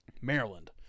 Maryland